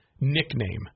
nickname